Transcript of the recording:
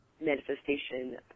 manifestation